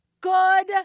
Good